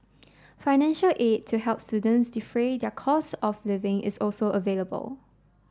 financial aid to help students defray their costs of living is also available